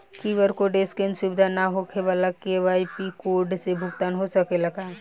QR code scan सुविधा ना होखे वाला के यू.पी.आई कोड से भुगतान हो सकेला का?